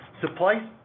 Supply